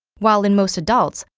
while in most adults,